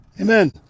Amen